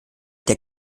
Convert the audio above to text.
der